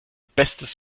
bestes